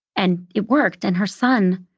and it worked. and her son,